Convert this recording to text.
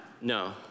No